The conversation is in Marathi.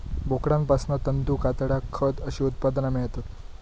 बोकडांपासना तंतू, कातडा, खत अशी उत्पादना मेळतत